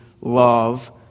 love